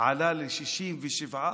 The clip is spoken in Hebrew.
עלה ל-67%?